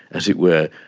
as it were,